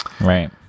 Right